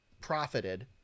profited